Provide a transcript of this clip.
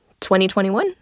2021